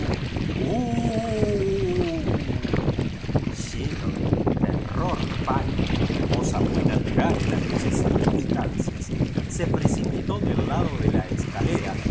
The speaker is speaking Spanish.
lleno da un terror pánico cosa muy natu ral en aquellas circunstancias se precipitó del lado de la escalera